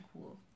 cool